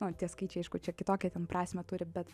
nu tie skaičiai aišku čia kitokia ten prasmę turi bet